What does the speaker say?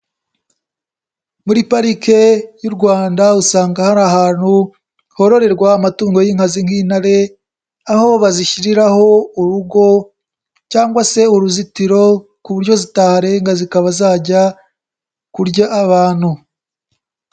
Muri parike y'u Rwanda usanga hari ahantu hororerwa amatungo y'inkazi nk'intare, aho bazishyiriraho urugo cyangwa se uruzitiro ku buryo zitaharenga zikaba zajya kurya abantu.